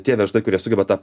tie verslai kurie sugeba tą